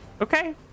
Okay